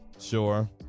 Sure